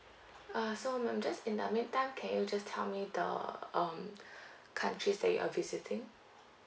ah so ma'am just in the meantime can you just tell me the um countries that you are visiting